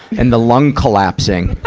and the lung collapsing.